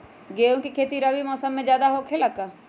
गेंहू के खेती रबी मौसम में ज्यादा होखेला का?